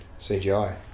CGI